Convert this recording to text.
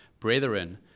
Brethren